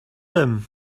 him